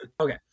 Okay